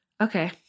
Okay